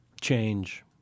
Change